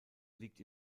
liegt